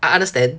I understand